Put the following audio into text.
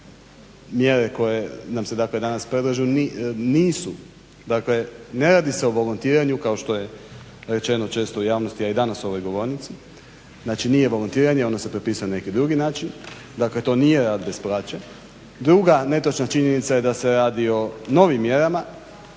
što mjere koje nam se danas predlažu nisu, dakle ne radi se o volontiranju kao što je rečeno često u javnosti, a i danas u ovoj govornici, znači nije volontiranje, ono se to upisuje na neki drugi način, dakle to nije rad bez plaće. Druga netočna činjenica je da se radi o novim mjerama,